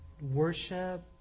worship